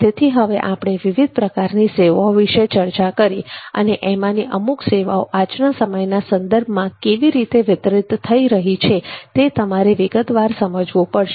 તેથી હવે આપણે વિવિધ પ્રકારની સેવાઓ વિશે ચર્ચા કરી અને એમાંની અમુક સેવાઓ આજના સમયના સંદર્ભમાં કેવી રીતે વિતરીત થઈ રહી છે તે તમારે વિગતવાર સમજવું પડશે